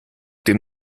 dem